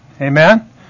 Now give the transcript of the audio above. Amen